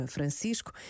Francisco